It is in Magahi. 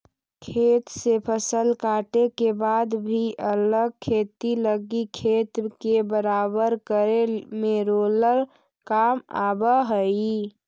खेत से फसल काटे के बाद भी अगला खेती लगी खेत के बराबर करे में रोलर काम आवऽ हई